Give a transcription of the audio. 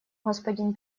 господин